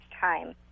time